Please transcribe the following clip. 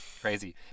Crazy